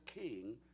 king